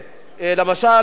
למשל,